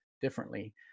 differently